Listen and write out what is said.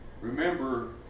remember